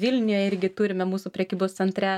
vilniuje irgi turime mūsų prekybos centre